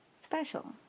special